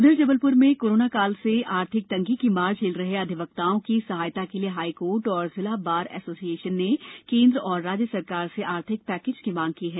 उधर जबलपुर कोरोना काल से आर्थिक तंगी की मार झेल रहे अधिवक्ताओं की सहायता को लिए हाइकोर्ट और जिला बार एसोसिएशन ने केंद्र और राज्य सरकार से आर्थिक पैकेज की मांग की है